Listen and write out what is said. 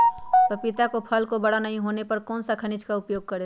पपीता के फल को बड़ा नहीं होने पर कौन सा खनिज का उपयोग करें?